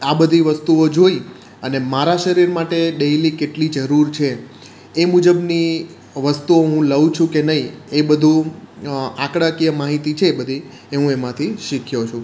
આ બધી વસ્તુઓ જોઈ અને મારા શરીર માટે ડેઈલી કેટલી જરૂર છે એ મુજબની વસ્તુઓ હું લઉં છું કે નહીં એ બધું આંકડાકીય માહિતી છે એ બધી એ હું એમાંથી શીખ્યો છુ